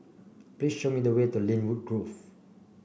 please show me the way to Lynwood Grove